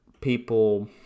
people